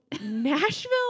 Nashville